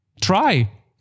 try